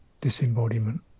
disembodiment